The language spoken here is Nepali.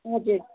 हजुर